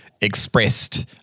expressed